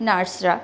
নার্সরা